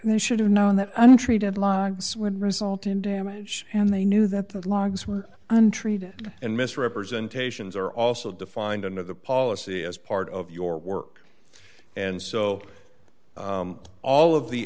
say they should have known that untreated logs would result in damage and they knew that those logs were untreated and misrepresentations are also defined under the policy as part of your work and so all of the